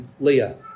Leah